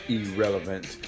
irrelevant